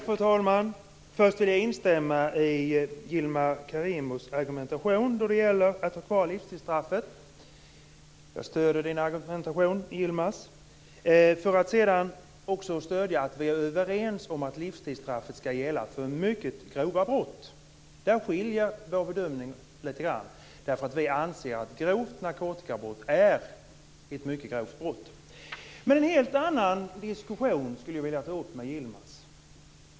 Fru talman! Först vill jag instämma i Yilmaz Kerimos argumentation när det gäller att ha kvar livstidsstraffet. Jag stöder hans argumentation. Vi är också överens om att livstidsstraffet ska gälla för mycket grova brott. Där skiljer sig våra bedömningar åt lite grann, därför att vi anser att grovt narkotikabrott är ett mycket grovt brott. Jag skulle vilja ta upp en helt annan diskussion med Yilmaz Kerimo.